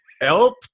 help